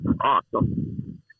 awesome